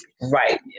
Right